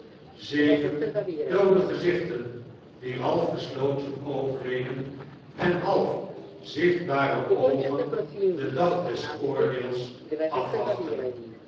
zeven doode gezichten wier half gesloten oogleden en halfzichtbare oogen den dag des oordeels afwachtten